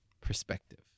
perspective